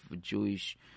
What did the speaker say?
Jewish